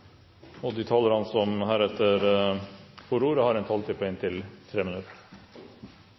barnehageløftet. De talere som heretter får ordet, har en taletid på inntil 3 minutter.